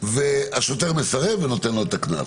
השוטר מסרב ונותן לו את הקנס.